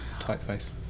typeface